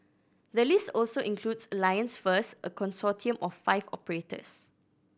the list also includes Alliance First a consortium of five operators